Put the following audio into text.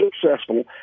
successful